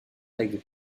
règle